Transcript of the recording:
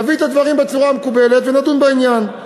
תביא את הדברים בצורה המקובלת ונדון בעניין.